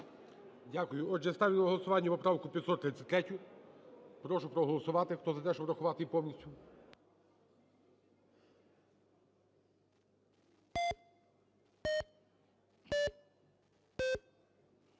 Дякую. Отже, ставлю на голосування поправку 533. Прошу проголосувати, хто за те, щоб врахувати її повністю.